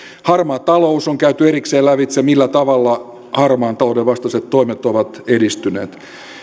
harmaa talous on käyty erikseen lävitse millä tavalla harmaan talouden vastaiset toimet ovat edistyneet